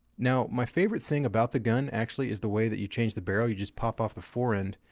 now, my favorite thing about the gun actually is the way that you change the barrel. you just pop off the fore-end,